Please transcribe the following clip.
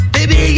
Baby